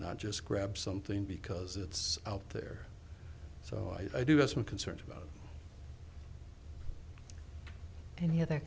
not just grab something because it's out there so i do have some concerns about any o